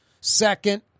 Second